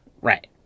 Right